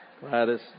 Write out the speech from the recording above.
Gladys